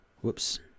Whoops